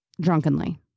drunkenly